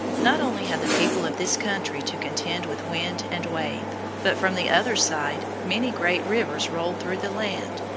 not only had the people of this country to contend with wind and wave, but from the other side many great rivers rolled through the land,